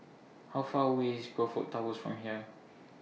How Far away IS Crockfords Towers from here